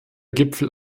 gipfel